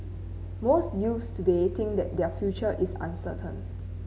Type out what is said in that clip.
most youths today think that their future is uncertain